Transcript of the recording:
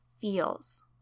feels